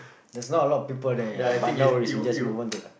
there's not a lot of people there ya but no worries we just move on to